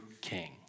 king